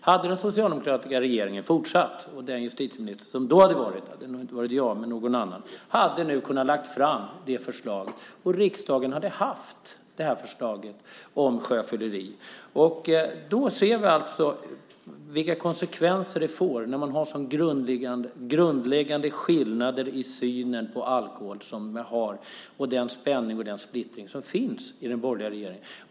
Hade den socialdemokratiska regeringen fått sitta kvar hade justitieministern - det hade nog inte varit jag i så fall - kunnat lägga fram förslaget om sjöfylleri i riksdagen. Vi ser vilka konsekvenserna blir av de grundläggande skillnader i synen på alkohol och den spänning och splittring som finns i den borgerliga regeringen.